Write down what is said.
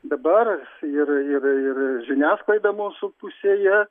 dabar ir ir ir žiniasklaida mūsų pusėje